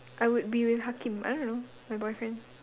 I would be with Hakim I don't know my boyfriend